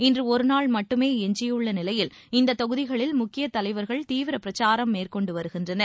இன்று ஒரு நாள் மட்டுமே எஞ்சியுள்ள நிலையில் இந்த தொகுதிகளில் முக்கிய தலைவர்கள் தீவிர பிரக்சாரம் மேற்கொண்டு வருகின்றனர்